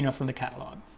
you know from the catalog.